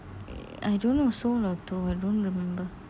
I don't know sold or throw I don't remember